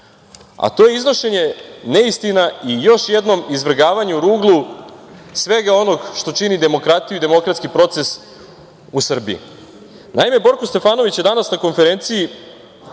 a to je iznošenje neistina i još jedno izvrgavanje ruglu svega onog što čini demokratiju i demokratski proces u Srbiji. Naime, Borko Stefanović se danas na konferenciji